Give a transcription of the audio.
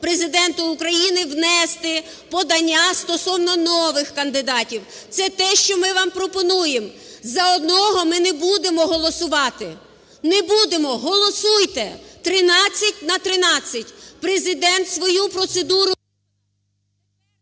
Президенту України внести подання стосовно нових кандидатів. Це те, що ми вам пропонуємо. За одного ми не будемо голосувати, не буде. Голосуйте! 13 на 13. Президент свою процедуру…